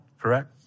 correct